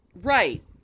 Right